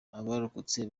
abarokotse